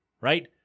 Right